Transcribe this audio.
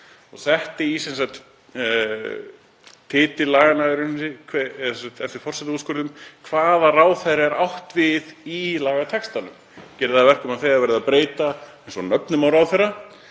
og setti í titil laganna, eftir forsetaúrskurðum, hvaða ráðherra væri átt við í lagatextanum. Það gerir að verkum að þegar verið er að breyta heitum á ráðherra